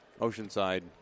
Oceanside